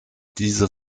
diese